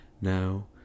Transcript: now